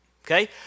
Okay